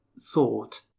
thought